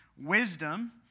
Wisdom